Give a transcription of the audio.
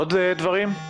עוד דברים?